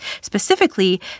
specifically